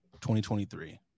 2023